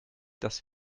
dass